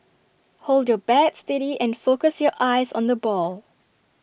hold your bat steady and focus your eyes on the ball